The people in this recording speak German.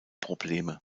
probleme